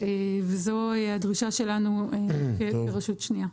וזו הדרישה שלנו כרשות שנייה.